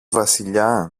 βασιλιά